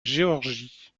géorgie